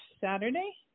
saturday